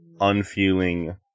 unfeeling